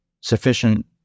sufficient